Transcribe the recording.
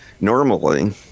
Normally